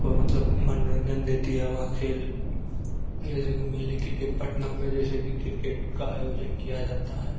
को मतलब मनोरंजन देती है वह खेल जैसे कि मेनली किरकेट पटना में जैसे कि किरकेट का आयोजन किया जाता है